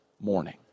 morning